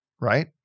right